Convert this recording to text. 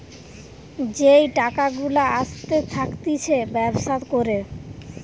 যেই টাকা গুলা আসতে থাকতিছে ব্যবসা করে